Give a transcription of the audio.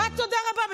מה תודה רבה?